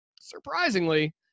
surprisingly